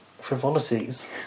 frivolities